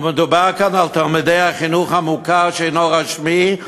ומדובר כאן על תלמידי החינוך המוכר שאינו רשמי,